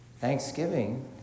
Thanksgiving